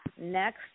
next